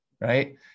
Right